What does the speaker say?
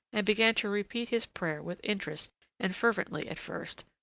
and began to repeat his prayer with interest and fervently at first,